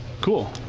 Cool